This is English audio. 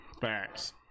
Facts